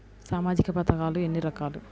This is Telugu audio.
సామాజిక పథకాలు ఎన్ని రకాలు?